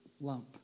lump